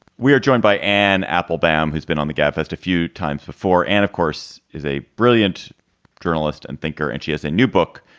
we are joined by anne applebaum, who's been on the gabfest a few times before and of course, is a brilliant journalist and thinker, and she has a new book,